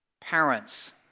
Parents